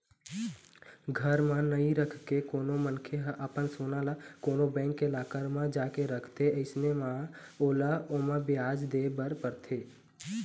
घर म नइ रखके कोनो मनखे ह अपन सोना ल कोनो बेंक के लॉकर म जाके रखथे अइसन म ओला ओमा बियाज दे बर परथे